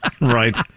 Right